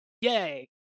yay